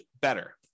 better